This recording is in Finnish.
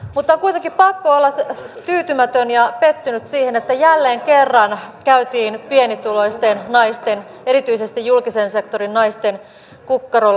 mutta on kuitenkin pakko olla tyytymätön ja pettynyt siihen että jälleen kerran käytiin pienituloisten naisten erityisesti julkisen sektorin naisten kukkarolla